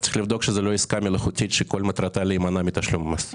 צריך לבדוק שזאת לא עסקה מלאכותית שכל מטרתה להימנע מתשלום מס.